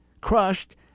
crushed